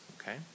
okay